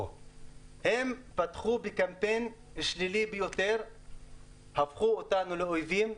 ופתאום באופן גורף הגשימו --- אמרת גורמים אחרים.